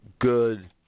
good